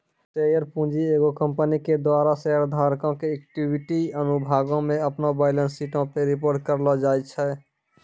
share पूंजी एगो company के द्वारा शेयर धारको के इक्विटी अनुभागो मे अपनो बैलेंस शीटो पे रिपोर्ट करलो जाय छै